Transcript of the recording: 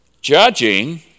judging